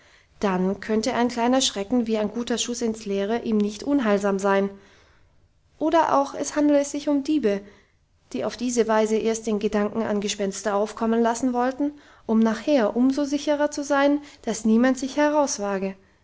erschrecken dann könnte ein kleiner schrecken wie ein guter schuss ins leere ihm nicht unheilsam sein oder auch es handle sich um diebe die auf diese weise erst den gedanken an gespenster aufkommen lassen wollten um nachher umso sicherer zu sein dass niemand sich